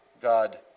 God